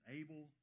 able